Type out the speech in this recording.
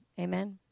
amen